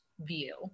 view